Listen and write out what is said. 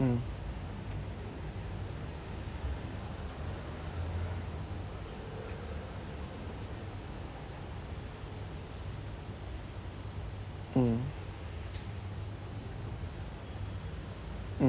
mm mm mm